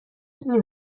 این